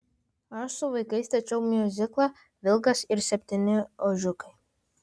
aš su vaikais stačiau miuziklą vilkas ir septyni ožiukai